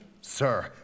Sir